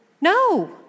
No